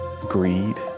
greed